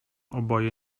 oboje